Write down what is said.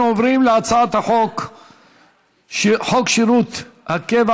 אנחנו עוברים להצעת חוק שירות הקבע